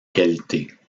qualités